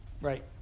Right